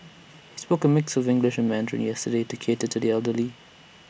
he spoke in A mix of English and Mandarin yesterday to cater to the elderly